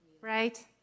Right